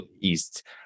East